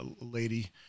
lady